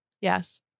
Yes